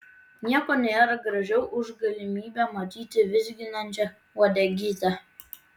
nieko nėra gražiau už galimybę matyti vizginančią uodegytę